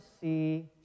see